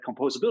composability